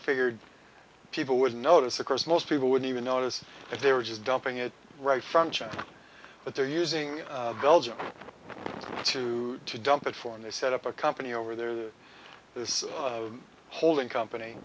figured people would notice of course most people wouldn't even notice if they were just dumping it right from china but they're using belgium to to dump it for and they set up a company over there the this holding company